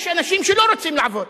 יש אנשים שלא רוצים לעבוד,